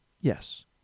Yes